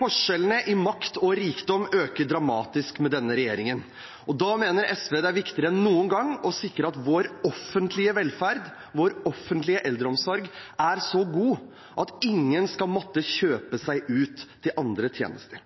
Forskjellene i makt og rikdom øker dramatisk med denne regjeringen. Da mener SV det er viktigere enn noen gang å sikre at vår offentlige velferd og vår offentlige eldreomsorg er så god at ingen skal måtte kjøpe seg ut til andre tjenester.